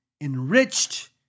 enriched